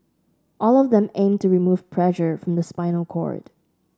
all of them aim to remove pressure from the spinal cord